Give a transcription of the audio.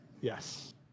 Yes